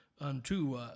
unto